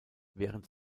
während